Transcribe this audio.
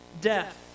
death